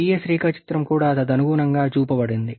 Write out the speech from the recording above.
Ts రేఖాచిత్రం కూడా తదనుగుణంగా చూపబడింది